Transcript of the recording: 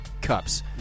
cups